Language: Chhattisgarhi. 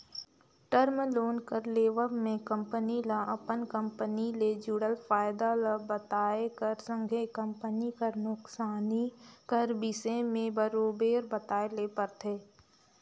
टर्म लोन कर लेवब में कंपनी ल अपन कंपनी ले जुड़ल फयदा ल बताए कर संघे कंपनी कर नोसकानी कर बिसे में बरोबेर बताए ले परथे